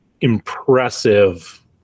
impressive